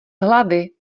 hlavy